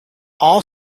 all